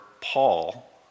Paul